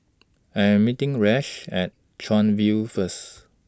I Am meeting Rashaad At Chuan View First